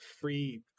free